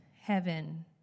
heaven